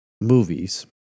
movies